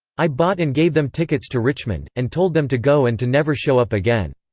i bought and gave them tickets to richmond, and told them to go and to never show up again.